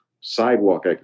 sidewalk